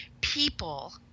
people